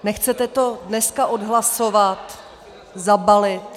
Nechcete to dneska odhlasovat, zabalit?